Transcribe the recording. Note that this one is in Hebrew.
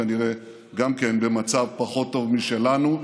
כנראה גם כן במצב פחות טוב משלנו,